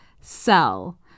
sell